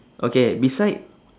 okay beside